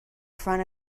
front